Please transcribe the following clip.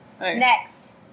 Next